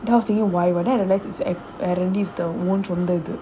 then I was thinking why but then I realise is சொந்த இது:sondha idhu